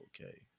Okay